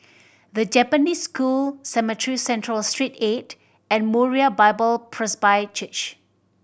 The Japanese School Cemetry Central Street Eight and Moriah Bible Presby Church